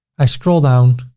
i scroll down,